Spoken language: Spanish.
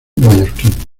mallorquín